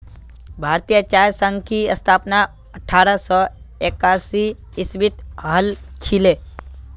भारतीय चाय संघ की स्थापना अठारह सौ एकासी ईसवीत हल छिले